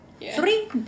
Three